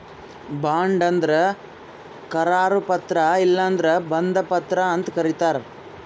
bond ಅಂದ್ರ ಕರಾರು ಪತ್ರ ಇಲ್ಲಂದ್ರ ಬಂಧ ಪತ್ರ ಅಂತ್ ಕರಿತಾರ್